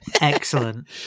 excellent